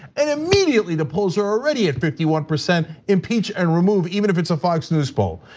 and immediately the polls are already at fifty one percent impeach and remove, even if it's a fox news poll.